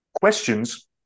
questions